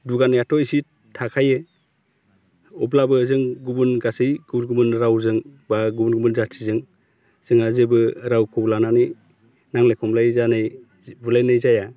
दुगानियाथ' एसे थाखायो अब्लाबो जों गुबुन गासै गुबुन गुबुन रावजों बा गुबुन गुबुन जाथिजों जोंहा जेबो रावखौ लानानै नांज्लाय खमज्लाय जानाय बुलायनाय जाया